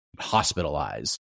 hospitalize